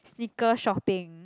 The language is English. sneaker shopping